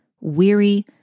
Weary